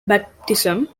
baptism